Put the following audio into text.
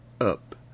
up